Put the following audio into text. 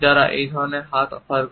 যারা এই ধরণের হাত অফার করে